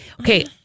Okay